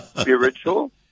spiritual